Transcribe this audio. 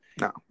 No